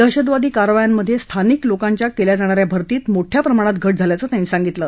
दहशतवादी कारवायांमधे स्थानिक लोकांच्या केल्या जाणा या भर्तीत मोठ्या प्रमाणात घट झाल्याचं त्यांनी सांगितलं